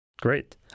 Great